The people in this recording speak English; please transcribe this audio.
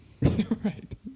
Right